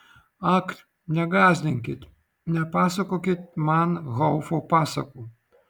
ak negąsdinkit nepasakokit man haufo pasakų